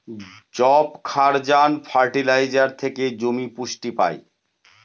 যবক্ষারজান ফার্টিলাইজার থেকে জমি পুষ্টি পায়